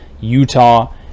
Utah